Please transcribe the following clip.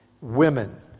Women